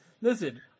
listen